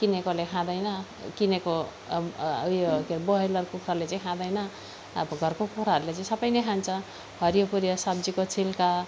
किनेकोले खाँदैन किनको अब ऊ यो बोइलर कुखुराले चाहिँ खाँदैन अब घरको कुखुराहरूले चाहिँ सबै नै खान्छ हरियोपरियो सब्जीको छिल्का